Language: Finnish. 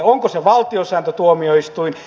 onko se valtiosääntötuomioistuin